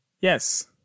yes